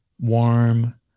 warm